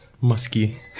Musky